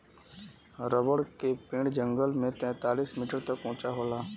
rubber क पेड़ जंगल में तैंतालीस मीटर तक उंचा होला